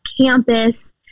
campus